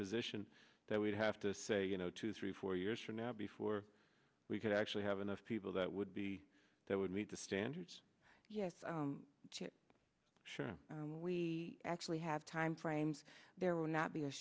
position that would have to say you know two three four years from now before we could actually have enough people that would be there would meet the standards yes sure we actually have time frames there will not be a